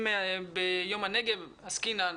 אם ביום הנגב עסקינן,